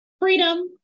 freedom